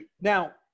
Now